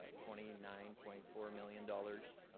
ah twenty nine point four million dollars.